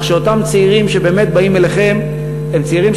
כך שאותם צעירים שבאמת באים אליכם הם צעירים